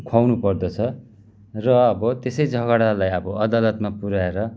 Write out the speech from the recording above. खुवाउनु पर्दछ र अब त्यसै झगडालाई अदालतमा पुर्याएर